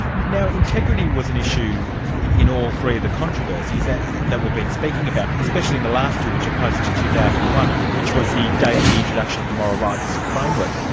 now integrity was an issue in all three of the controversies that that we've been speaking about, especially in the last two which are post two thousand and one, which was the date of the introduction of the moral rights framework.